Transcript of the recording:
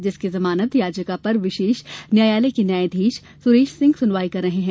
जिसकी जमानत याचिका पर विशेष न्यायालय के न्यायाधीश सुरेश सिंह सुनवाई कर रहे हैं